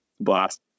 Blast